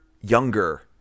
younger